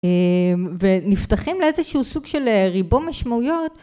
ונפתחים לאיזשהו סוג של ריבוי משמעויות.